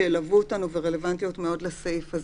שילוו אותנו ורלוונטיות מאוד לסעיף הזה.